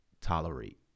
tolerate